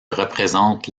représente